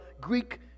Greek